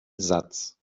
satz